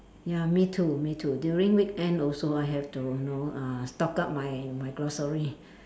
ya me too me too during weekend also I have to you know uh stock up my my grocery